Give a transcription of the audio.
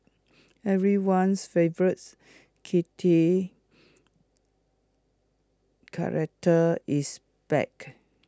everyone's favourites kitty character is back